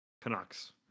Canucks